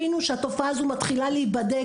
יבינו שהתופעה הזו מתחילה להיבדק,